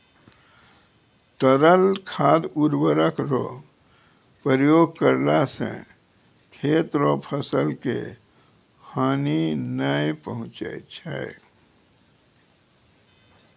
तरल खाद उर्वरक रो प्रयोग करला से खेत रो फसल के हानी नै पहुँचय छै